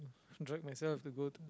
drag myself to go to